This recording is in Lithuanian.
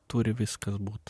turi viskas būt